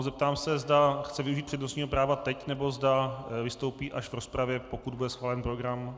Zeptám se, zda chce využít přednostního práva teď, nebo zda vystoupí až v rozpravě, pokud bude schválen program.